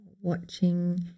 watching